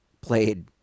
played